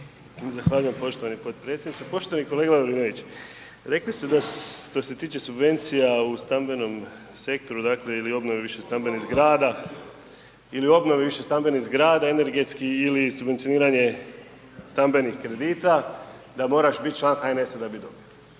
Zahvaljujem poštovani potpredsjedniče. Poštovani kolega Lovrinoviću. Rekli ste što se tiče subvencija u stambenom sektoru ili obnovi više stambenih zgrada energetski ili subvencioniranje stambenih kredita da moraš biti član HNS-a da bi dobio.